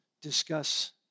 discuss